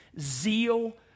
zeal